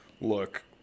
look